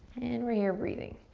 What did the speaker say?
and we're here breathing.